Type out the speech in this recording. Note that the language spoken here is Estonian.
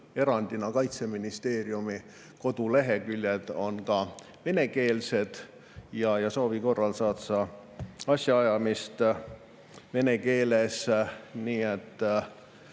erand Kaitseministeerium – koduleheküljed on ka venekeelsed ja soovi korral saad sa asjaajamist vene keeles. Nii et